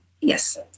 Yes